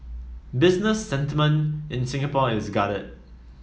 business sentiment in Singapore is guarded